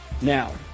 Now